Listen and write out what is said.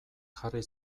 jarri